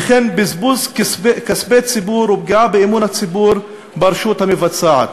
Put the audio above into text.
וכן בזבוז כספי ציבור ופגיעה באמון הציבור ברשות המבצעת.